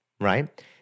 Right